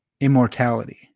immortality